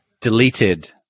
deleted